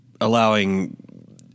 Allowing